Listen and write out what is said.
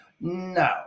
No